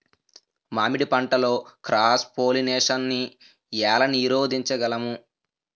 మామిడి పంటలో cross pollination నీ ఏల నీరోధించగలము?